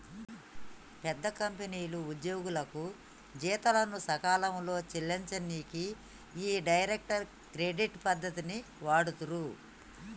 పెద్ద కంపెనీలు ఉద్యోగులకు జీతాలను సకాలంలో చెల్లించనీకి ఈ డైరెక్ట్ క్రెడిట్ పద్ధతిని వాడుతుర్రు